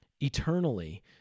eternally